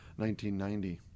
1990